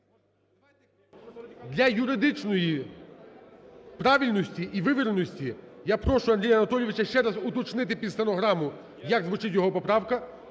Для юридичної правильності і вивіреності я прошу Андрія Анатолійовича ще раз уточнити під стенограму, як звучить його поправка,